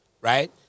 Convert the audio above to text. right